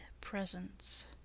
presence